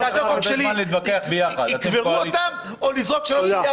שהצעות חוק שלי ייקברו או לזרוק 3 מיליארד שקל לפח.